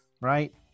right